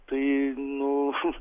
tai nu